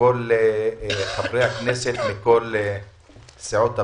לכל חברי הכנסת מכל סיעות הבית,